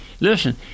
Listen